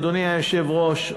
אדוני היושב-ראש,